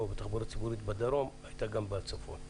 בתחבורה הציבורית בדרום הייתה גם בצפון.